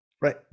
Right